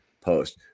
post